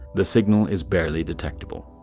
the signal is barely detectable.